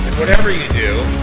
whatever you do,